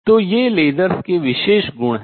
तो ये lasers लेसरों के विशेष गुण हैं